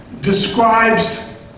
describes